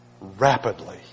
rapidly